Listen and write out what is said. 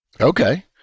Okay